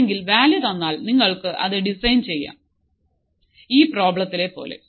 അല്ലെങ്കിൽ വാല്യൂ തന്നാൽ നിങ്ങൾക്കു അത് ഡിസൈൻ ചെയാം ഈ പ്രോബ്ലെത്തിലെ പോലെ